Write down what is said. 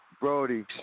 Brody